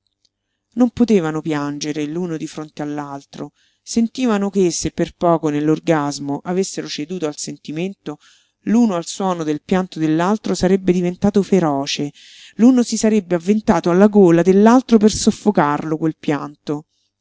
non potevano piangere l'uno di fronte all'altro sentivano che se per poco nell'orgasmo avessero ceduto al sentimento l'uno al suono del pianto dell'altro sarebbe diventato feroce l'uno si sarebbe avventato alla gola dell'altro per soffocarlo quel pianto